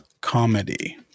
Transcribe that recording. comedy